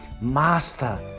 master